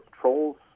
trolls